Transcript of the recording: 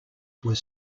were